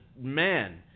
man